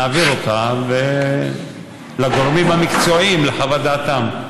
נעביר אותה לגורמים המקצועיים לחוות דעתם.